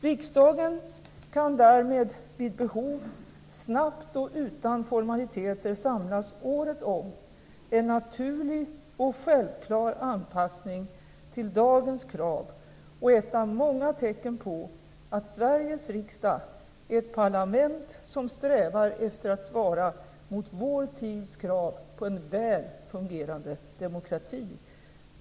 Riksdagen kan därmed vid behov snabbt och utan formaliteter samlas året om - en naturlig och självklar anpassning till dagens krav och ett av många tecken på att Sveriges riksdag är ett parlament, som strävar efter att svara mot vår tids krav på en väl fungerande demokrati.